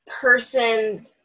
person